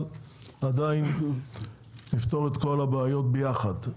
אבל עדיין נפתור את כל הבעיות ביחד.